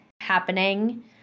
happening